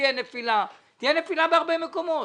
תהיה נפילה בהרבה מקומות.